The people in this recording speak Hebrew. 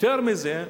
יותר מזה,